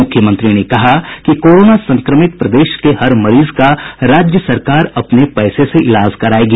मुख्यमंत्री ने कहा कि कोरोना संक्रमित प्रदेश के हर मरीज का राज्य सरकार अपने पैसे से इलाज करायेगी